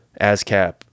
ASCAP